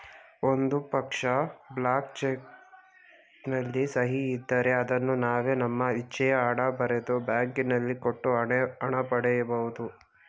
ಒಂದು ಪಕ್ಷ, blank cheque ನಲ್ಲಿ ಸಹಿ ಇದ್ದರೆ ಅದನ್ನು ನಾವೇ ನಮ್ಮ ಇಚ್ಛೆಯ ಹಣ ಬರೆದು, ಬ್ಯಾಂಕಿನಲ್ಲಿ ಕೊಟ್ಟು ಹಣ ಪಡಿ ಬಹುದು